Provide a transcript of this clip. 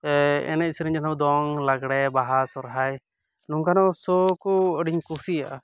ᱮᱱᱮᱡᱽᱼᱥᱮᱨᱮᱧ ᱡᱚᱠᱷᱚᱱ ᱫᱚ ᱫᱚᱝ ᱞᱟᱜᱽᱲᱮ ᱵᱟᱦᱟ ᱥᱚᱦᱚᱨᱟᱭ ᱱᱚᱝᱠᱟᱱᱟᱜ ᱥᱳ ᱠᱚ ᱟᱹᱰᱤᱧ ᱠᱩᱥᱤᱭᱟᱜᱼᱟ